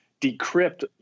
decrypt